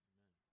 Amen